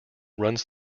runs